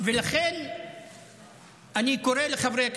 לכן אני קורא לחברי הכנסת,